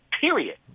period